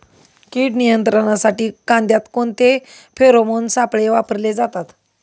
कीड नियंत्रणासाठी कांद्यात कोणते फेरोमोन सापळे वापरले जातात?